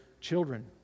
children